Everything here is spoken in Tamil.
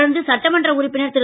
தொடர்ந்து சட்டமன்ற உறுப்பினர் ரு